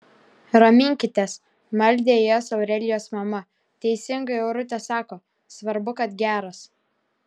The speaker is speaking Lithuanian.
raminkitės maldė jas aurelijos mama teisingai aurutė sako svarbu kad geras